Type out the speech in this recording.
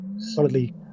Solidly